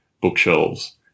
bookshelves